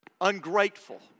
ungrateful